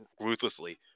ruthlessly